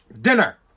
Dinner